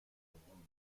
babylonia